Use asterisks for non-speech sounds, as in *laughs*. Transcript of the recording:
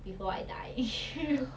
before I die *laughs*